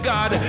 God